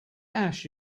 ash